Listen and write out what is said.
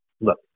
Look